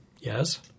Yes